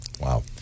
wow